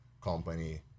company